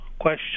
question